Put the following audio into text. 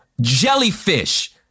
jellyfish